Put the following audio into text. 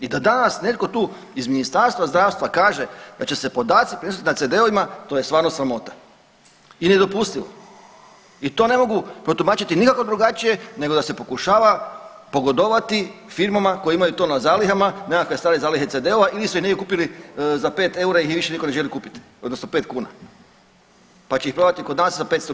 I da danas netko tu iz Ministarstva zdravstva kaže da će se podaci prenosit na CD-ovim to je stvarno sramota i nedopustivo i to ne mogu protumačiti nikako drugačije nego da se pokušava pogodovati firmama koje imaju to na zalihama, nekakve stare zalihe CD-ova ili su ih negdje kupili za 5 eura jer ih više niko ne želi kupiti odnosno 5 kuna, pa će ih prodati kod nas za 500 kuna.